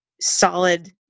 solid